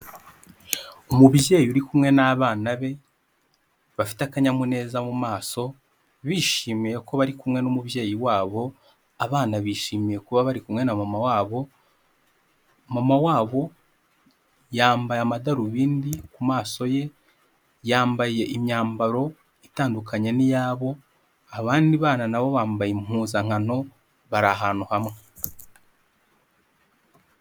Umubyeyi uri kumwe n'abana be bafite akanyamuneza mu maso bishimiye ko bari kumwe n'umubyeyi wabo. Abana bishimiye kuba bari kumwe na mama wabo, mama wabo yambaye amadarubindi ku maso ye, yambaye imyambaro itandukanye n'iyabo. Abandi bana nabo bambaye impuzankano bari ahantu hamwe.